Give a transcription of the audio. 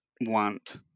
want